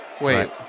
Wait